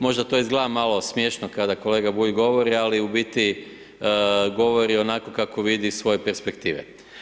Možda to izgledamo malo smiješno kada kolega Bulj govori, ali u biti, govori onako kako vidi iz svoje perspektive.